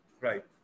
right